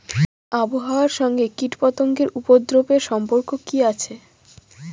আবহাওয়ার সঙ্গে কীটপতঙ্গের উপদ্রব এর সম্পর্ক কি আছে?